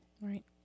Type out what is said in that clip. Right